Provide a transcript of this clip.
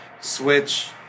switch